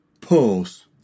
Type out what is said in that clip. pause